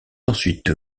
ensuite